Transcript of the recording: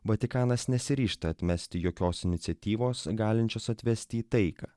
vatikanas nesiryžta atmesti jokios iniciatyvos galinčios atvesti į taiką